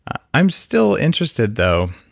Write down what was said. i'm still interested though,